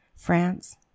France